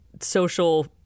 social